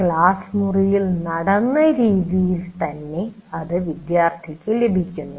class മുറിയിൽ നടത്തിയ രീതിയിൽ തന്നെ വിദ്യാർത്ഥിക്ക് ലഭിക്കുന്നു